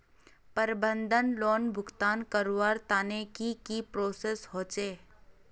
प्रबंधन लोन भुगतान करवार तने की की प्रोसेस होचे?